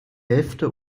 hälfte